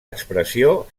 expressió